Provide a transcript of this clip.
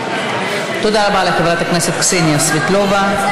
תודה רבה לחברת הכנסת קסניה סבטלובה.